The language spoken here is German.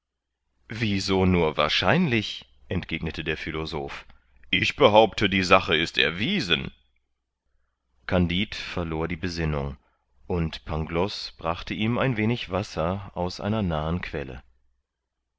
wie so nur wahrscheinlich entgegnete der philosoph ich behaupte die sache ist erwiesen kandid verlor die besinnung und pangloß brachte ihm ein wenig wasser aus einer nahen quelle